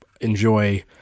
enjoy